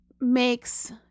makes